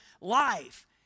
life